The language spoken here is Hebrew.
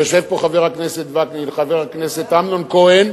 יושבים פה חבר הכנסת וקנין וחבר הכנסת אמנון כהן,